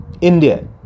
india